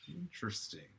Interesting